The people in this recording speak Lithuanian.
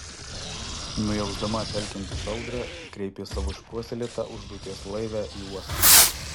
nujausdama telkiantis audrą ji kreipė savo išpuoselėtą užduoties laivę į uostą